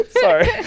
Sorry